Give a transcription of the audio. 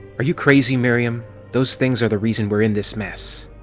are you crazy? miriam those things are the reason we're in this mess!